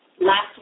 last